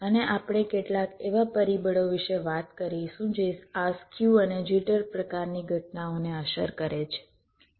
અને આપણે કેટલાક એવા પરિબળો વિશે વાત કરીશું જે આ સ્ક્યુ અને જિટર પ્રકારની ઘટનાઓને અસર કરે છે